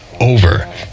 over